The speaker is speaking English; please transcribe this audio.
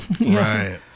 Right